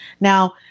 Now